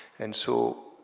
and so,